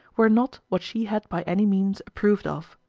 were not what she had by any means approved of.